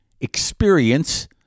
experience